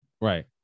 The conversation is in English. Right